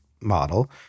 Model